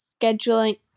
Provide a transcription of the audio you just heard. scheduling